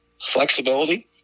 flexibility